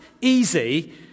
easy